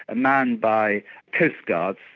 and manned by coastguards.